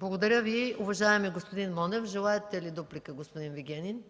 Благодаря Ви, уважаеми господин Монев. Желаете ли дуплика, господин Вигенин?